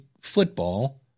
football